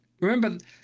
Remember